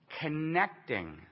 connecting